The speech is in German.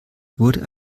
wurde